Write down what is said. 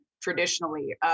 Traditionally